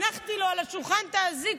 הנחתי לו על השולחן את האזיק,